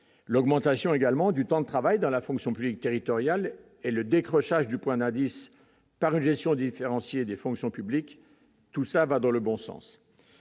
l'augmentation également du temps de travail dans la fonction publique territoriale et le décrochage du point d'indice par une gestion différenciée des fonctions publiques, tout ça va dans le bon sens